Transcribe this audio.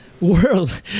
world